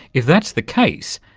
if that's the case,